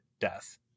death